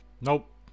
Nope